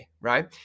right